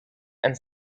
and